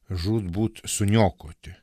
žūtbūt suniokoti